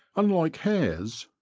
unlike hares,